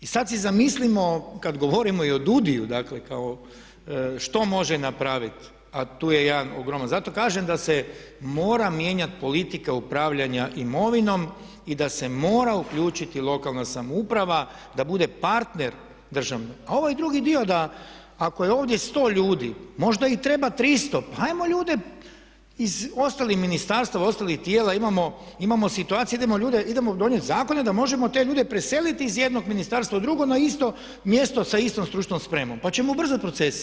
I sad si zamislimo kad govorimo i o DUUDI-ju dakle kao što može napraviti, a tu je jedan ogroman, zato kažem da se mora mijenjati politika upravljanja imovinom i da se mora uključiti lokalna samouprava da bude partner … A ovaj drugi dio da, ako je ovdje 100 ljudi, možda ih treba 300, pa ajmo ljude iz ostalih ministarstva, ostalih tijela, imamo situacije, idemo ljude, idemo donijeti zakone da možemo te ljude preseliti iz jednog ministarstva na drugo na isto mjesto sa istom stručnom spremom, pa ćemo ubrzati procese.